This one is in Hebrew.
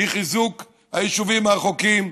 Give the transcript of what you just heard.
היא חיזוק היישובים הרחוקים,